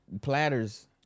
Platters